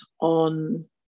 on